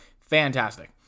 fantastic